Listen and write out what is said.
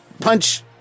Punch